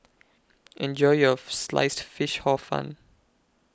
Enjoy your Sliced Fish Hor Fun